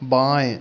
बाएँ